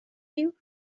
you